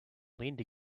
leaned